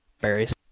berries